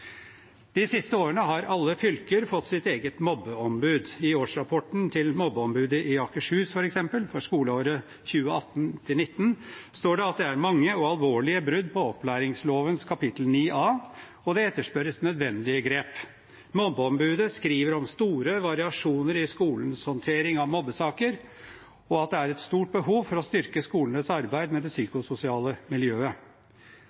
de har krav på det. De siste årene har alle fylker fått sitt eget mobbeombud. I årsrapporten fra mobbeombudet i Akershus for skoleåret 2018–2019 står det at det er mange og alvorlige brudd på opplæringsloven kapittel 9 A, og det etterspørres nødvendig grep. Mobbeombudet skriver om store variasjoner i skolens håndtering av mobbesaker, og at det er et stort behov for å styrke skolenes arbeid med det